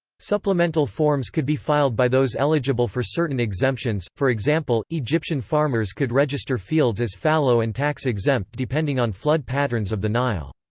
supplemental forms could be filed by those eligible for certain exemptions for example, egyptian farmers could register fields as fallow and tax-exempt depending on flood patterns of the nile.